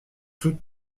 toute